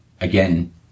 again